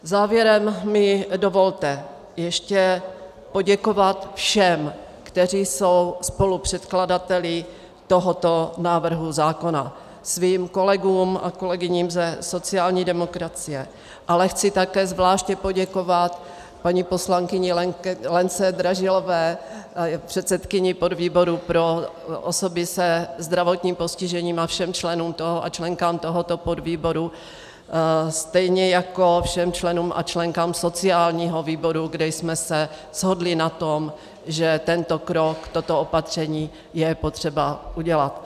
Závěrem mi dovolte ještě poděkovat všem, kteří jsou spolupředkladateli tohoto návrhu zákona, svým kolegům a kolegyním ze sociální demokracie, ale chci také zvláště poděkovat paní poslankyni Lence Dražilové, předsedkyni podvýboru pro osoby se zdravotním postižením, a všem členům a členkám tohoto podvýboru, stejně jako všem členům a členkám sociálního výboru, kde jsme se shodli na tom, že tento krok, toto opatření je potřeba udělat.